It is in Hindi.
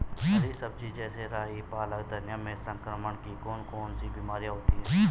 हरी सब्जी जैसे राई पालक धनिया में संक्रमण की कौन कौन सी बीमारियां होती हैं?